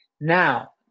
now